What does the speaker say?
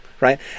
right